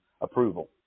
approval